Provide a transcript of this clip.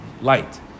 light